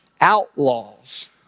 outlaws